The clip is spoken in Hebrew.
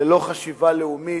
ללא חשיבה לאומית,